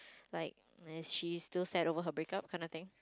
like she's still sad over her breakup kinda thing